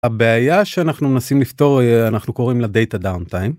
הבעיה שאנחנו מנסים לפתור אנחנו קוראים לה דאטה דאון טיים.